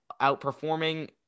outperforming